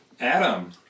Adam